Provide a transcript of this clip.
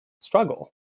struggle